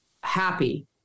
happy